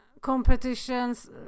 competitions